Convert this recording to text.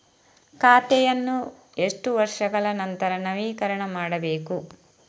ಖಾತೆಯನ್ನು ಎಷ್ಟು ವರ್ಷಗಳ ನಂತರ ನವೀಕರಣ ಮಾಡಬೇಕು?